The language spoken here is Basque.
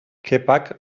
kepak